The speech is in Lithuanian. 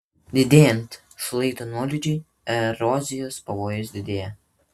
didėjant šlaito nuolydžiui erozijos pavojus didėja